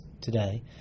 today